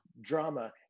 drama